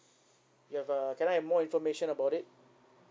yup uh can I have more information about it